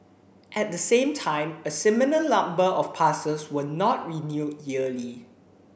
at the same time a similar number of passes were not renewed yearly